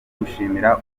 gushimira